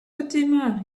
fatima